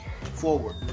forward